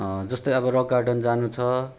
जस्तै अब rock garden जानु छ